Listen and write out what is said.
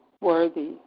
worthy